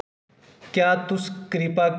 क्या तुस किरपा करियै टोन घट्ट करी सकदे न